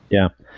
yeah,